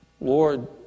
Lord